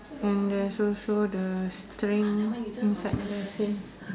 and there's also the string inside the sea